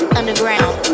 underground